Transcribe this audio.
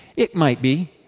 it might be.